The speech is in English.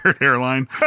airline